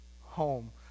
home